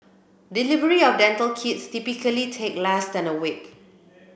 delivery of dental kits typically take less than a week